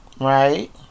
right